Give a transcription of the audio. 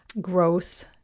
growth